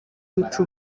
wica